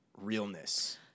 realness